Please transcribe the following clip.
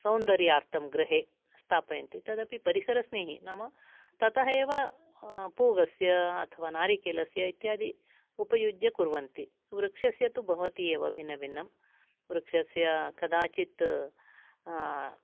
सौन्दर्यार्थं गृहे स्थापयन्ति तदपि परिसर स्नेहि नाम ततः एव पूगस्य अथवा नारिकेलस्य इत्यादि उपयुज्य कुर्वन्ति वृक्षस्य तु भवति एव भिन्नभिन्नं वृक्षस्य कदाचित्